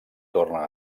torna